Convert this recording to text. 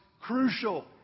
crucial